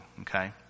Okay